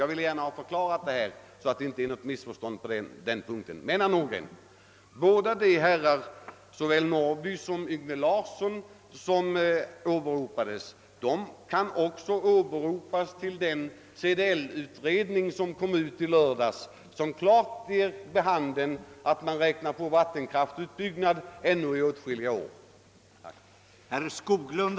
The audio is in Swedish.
Jag vill gärna förklara detta så att det inte behöver uppkomma något missförstånd på den punkten. Men, herr Nordgren, både herr Norrby och herr Yngve Larsson kan också åberopas för den CDL-utredning, som framlades i lördags och som klart ger vid handen, att vi ännu i åtskilliga år bör räkna med vattenkraftsutbyggnad.